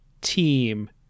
team